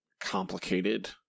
complicated